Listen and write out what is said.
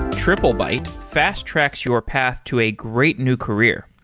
triplebyte fast-tracks your path to a great new career.